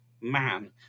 man